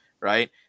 right